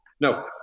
No